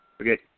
okay